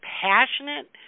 passionate